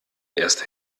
erste